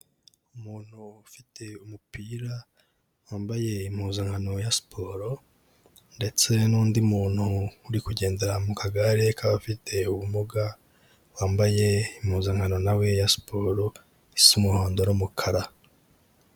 Umuntu ufite umupira, wambaye impuzankano ya siporo ndetse n'undi muntu uri kugendera mu kagare k'abafite ubumuga, wambaye impuzankananao nawe ya siporo isa umuhondo n'umukara.